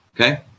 Okay